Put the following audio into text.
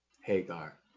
Hagar